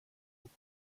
book